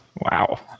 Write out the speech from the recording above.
Wow